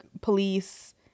police